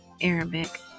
Arabic